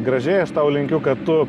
gražiai aš tau linkiu kad tu